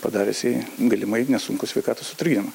padaręs jai galimai nesunkų sveikatos sutrikdymą